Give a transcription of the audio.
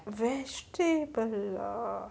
vegetable ah